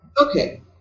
Okay